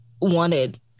wanted